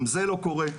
גם זה לא קורה.